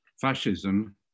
fascism